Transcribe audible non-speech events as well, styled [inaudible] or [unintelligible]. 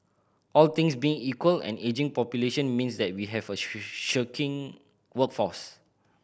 all things being equal an ageing population means that we have a [unintelligible] shirking workforce